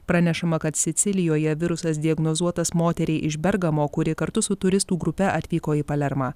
pranešama kad sicilijoje virusas diagnozuotas moteriai iš bergamo kuri kartu su turistų grupe atvyko į palermą